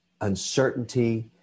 uncertainty